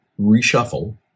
reshuffle